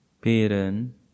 parent